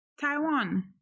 Taiwan